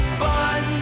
fun